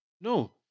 No